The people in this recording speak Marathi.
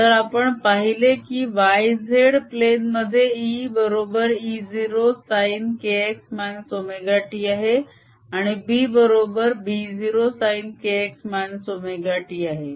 तर आपण पहिले की yz प्लेन मध्ये E बरोबर E0 sin kx ωt आहे आणि B बरोबर B0 sin kx ωt आहे